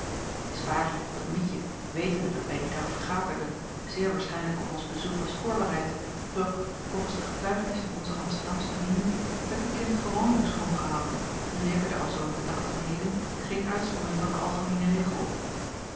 t is waar dat mietje wetende dat wij dien dag vergaderden zeer waarschijnlijk op ons bezoek was voorbereid doch volgens de getuigenis van onze amsterdamsche vrienden werd het kind gewoonlijk schoongehouden en leverde alzoo de dag van heden geen uitzondering van den algemeenen regel op